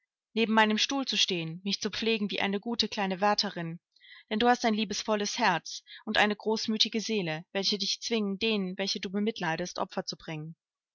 neben meinem stuhl zu stehen mich zu pflegen wie eine gute kleine wärterin denn du hast ein liebevolles herz und eine großmütige seele welche dich zwingen denen welche du bemitleidest opfer zu bringen